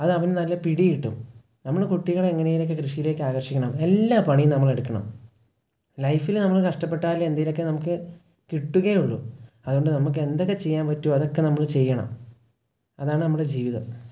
അത് അവന് നല്ല പിടി കിട്ടും നമ്മൾ കുട്ടികളെ എങ്ങനെ എങ്കിലുമൊക്കെ കൃഷിയിലേക്ക് ആകർഷിക്കണം എല്ലാ പണിയും നമ്മൾ എടുക്കണം ലൈഫി നമ്മൾ കഷ്ടപ്പെട്ടാൽ എന്തെങ്കിലുമൊക്കെ നമുക്ക് കിട്ടുകയുള്ളു അതുകൊണ്ട് നമുക്ക് എന്തൊക്കെ ചെയ്യാൻ പറ്റുമോ അതെക്കെ നമ്മൾ ചെയ്യണം അതാണ് നമ്മുടെ ജീവിതം